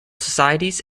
societies